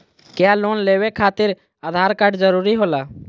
क्या लोन लेवे खातिर आधार कार्ड जरूरी होला?